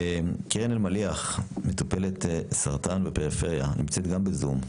קרן אלמליח, מטופלת סרטן בפריפריה, נמצאת גם בזום,